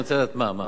אני רוצה לדעת מה.